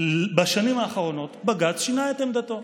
בשנים האחרונות בג"ץ שינה את עמדתו.